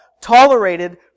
tolerated